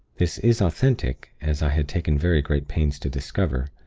this is authentic, as i had taken very great pains to discover